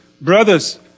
brothers